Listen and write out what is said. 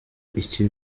iki